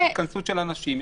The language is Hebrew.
יש התכנסות של אנשים,